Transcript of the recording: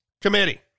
Committee